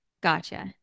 Gotcha